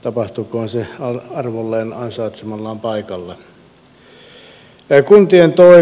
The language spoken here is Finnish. tapahtukoon se arvolleen ansaitsemallaan paikalla